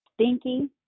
stinky